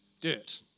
dirt